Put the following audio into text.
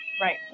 right